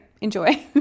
enjoy